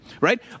right